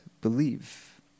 believe